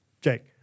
Jake